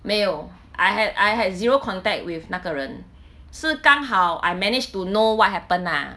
没有 I had I had zero contact with 那个人是刚好 I managed to know what happen ah